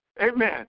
Amen